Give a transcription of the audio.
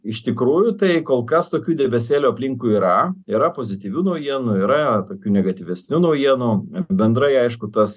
iš tikrųjų tai kol kas tokių debesėlių aplinkui yra yra pozityvių naujienų yra tokių negatyvesnių naujienų bendrai aišku tas